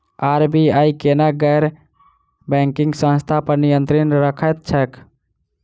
RBI केना गैर banking संस्था पर नियत्रंण राखैत छैक?